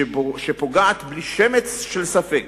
שפוגעת בלי שמץ של ספק